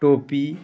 ଟୋପି